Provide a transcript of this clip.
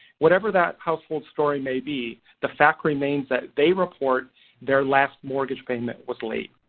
whatever that household story may be the fact remains that they report their last mortgage payment was late.